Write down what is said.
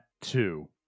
two